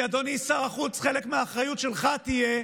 כי אדוני שר החוץ, חלק מהאחריות שלך תהיה